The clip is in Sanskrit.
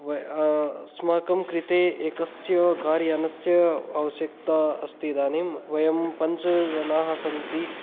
वयं अस्माकं कृते एकस्य कार्यानस्य आवश्यकता अस्ति इदानीं वयं पञ्च जनाः सन्ति